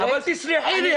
אם אתה תרצה --- אבל תסלחי לי,